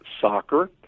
soccer